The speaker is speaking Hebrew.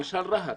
למשל רהט,